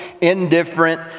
indifferent